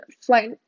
flight